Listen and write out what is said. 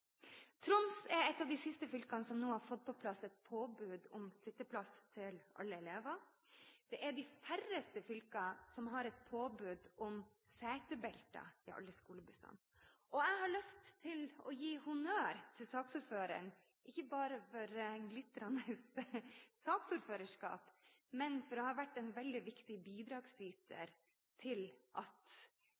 Troms er et av de siste fylkene som nå har fått på plass et påbud om sitteplass til alle elever. Det er de færreste fylker som har et påbud om setebelter i alle skolebussene. Jeg har lyst til å gi honnør til saksordføreren, ikke bare for glitrende saksordførerskap, men for å ha vært en veldig viktig bidragsyter til at